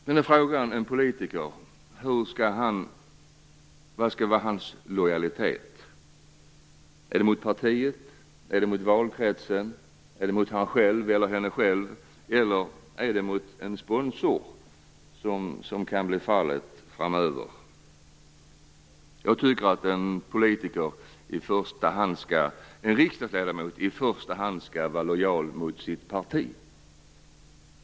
Frågan för en politiker är vad som skall vara hans lojalitet. Är det mot partiet? Är det mot valkretsen? Är det mot honom eller henne själv? Eller är det mot en sponsor, såsom fallet kan bli framöver? Jag tycker att en riksdagsledamot i första hand skall vara lojal mot sitt parti.